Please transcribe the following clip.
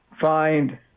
find